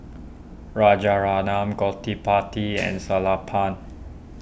Rajaratnam Gottipati and Sellapan